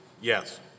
Yes